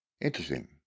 Interesting